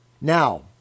Now